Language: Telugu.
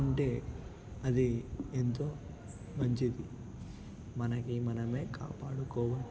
ఉంటే అది ఎంతో మంచిది మనకి మనమే కాపాడుకోవచ్చు